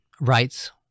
writes